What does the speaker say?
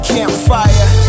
Campfire